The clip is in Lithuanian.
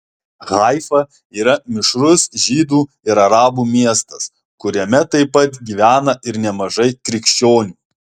haifa yra mišrus žydų ir arabų miestas kuriame taip pat gyvena ir nemažai krikščionių